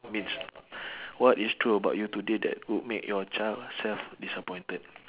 means what is true about you today that would make your child self disappointed